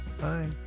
Bye